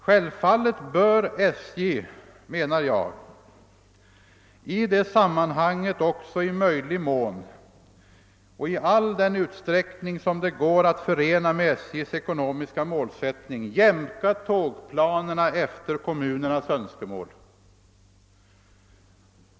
Självfallet bör SJ, menar jag, i det sammanhanget också i möjligaste mån och i all den utsträckning som det går att förena med SJ:s ekonomiska målsättning jämka tågplanerna efter kommunernas önskemål.